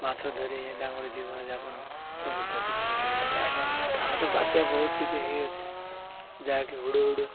ମାଛ ଧରି ହିଁ ତାଙ୍କର ଜୀବନଯାପନ ସବୁ ଶେଷ କରିଦେଇଛନ୍ତି ଆପ ଆମେ ତ ବାତ୍ୟା ବହୁତ କିଛି ହେଇଅଛି ଯାହାକି ହୁଡ଼ୁ ହୁଡ଼ୁ